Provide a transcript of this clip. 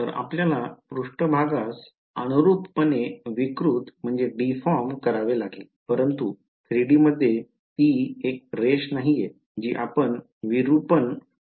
तर आपल्याला पृष्ठभागास अनुरूपपणे विकृत करावे लागेल परंतु 3 डी मध्ये ती एक रेष नाहीये जी आपण विरूपण करणार आहोत